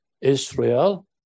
Israel